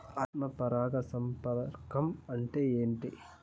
ఆత్మ పరాగ సంపర్కం అంటే ఏంటి?